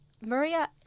Maria